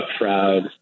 proud